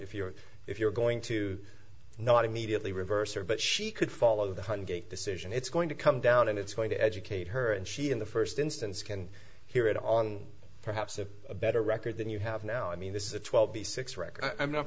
if you're if you're going to not immediately reverse her but she could follow the hunt get decision it's going to come down and it's going to educate her and she in the first instance can hear it on perhaps a better record than you have now i mean this is a twelve six record i'm not